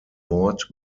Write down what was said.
mord